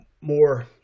more